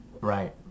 Right